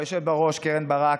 היושבת בראש קרן ברק,